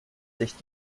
sich